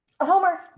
Homer